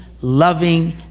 loving